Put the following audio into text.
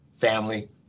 family